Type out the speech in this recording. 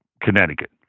Connecticut